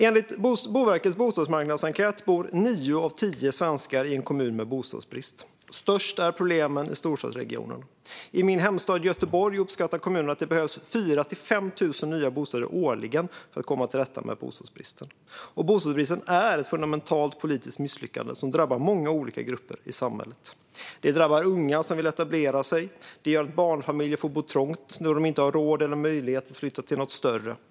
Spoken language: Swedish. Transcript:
Enligt Boverkets bostadsmarknadsenkät bor nio av tio svenskar i en kommun med bostadsbrist. Störst är problemen i storstadsregionerna. I min hemstad Göteborg uppskattar kommunen att det behövs 4 000-5 000 nya bostäder årligen för att komma till rätta med bostadsbristen. Bostadsbristen är ett fundamentalt politiskt misslyckande som drabbar många olika grupper i samhället. Den drabbar unga som vill etablera sig på bostadsmarknaden. Den gör att barnfamiljer får bo trångt när de inte har råd eller möjlighet att flytta till något större.